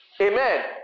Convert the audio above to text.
Amen